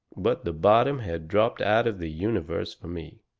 but the bottom had dropped out of the universe for me.